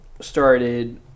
started